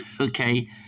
Okay